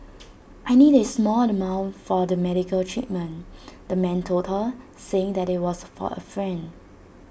I need A small amount for the medical treatment the man told her saying that IT was for A friend